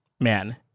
Man